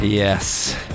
Yes